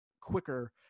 quicker